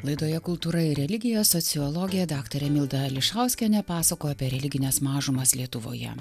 laidoje kultūra ir religijos sociologė daktarė milda ališauskienė pasakojo apie religines mažumas lietuvoje